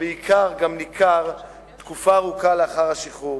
ובעיקר גם ניכר תקופה ארוכה לאחר השחרור.